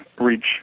reach